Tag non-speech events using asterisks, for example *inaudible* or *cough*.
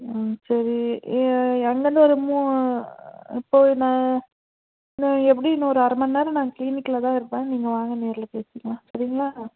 சரி அங்கேருந்து ஒரு மூ *unintelligible* எப்படியும் இன்னும் ஒரு அரைமநேரோம் நாங்க கிளீனிக்கிலதான் இருப்பேன் நீங்கள் வாங்க நேரில் பேசிக்கலாம் சரிங்ளா